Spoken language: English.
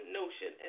notion